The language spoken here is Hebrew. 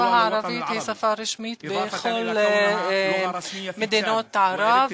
השפה הערבית היא שפה רשמית בכל מדינות ערב,